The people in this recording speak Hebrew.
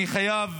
אני חייב